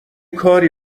کاری